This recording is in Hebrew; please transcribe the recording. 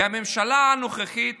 והממשלה הנוכחית